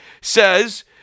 says